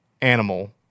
animal